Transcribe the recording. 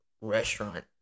restaurant